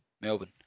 Melbourne